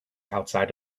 outside